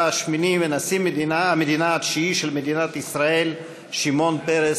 השמיני ונשיא המדינה התשיעי של מדינת ישראל שמעון פרס,